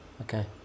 okay